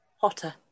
hotter